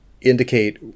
indicate